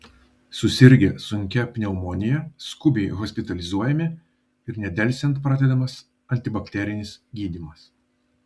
susirgę sunkia pneumonija skubiai hospitalizuojami ir nedelsiant pradedamas antibakterinis gydymas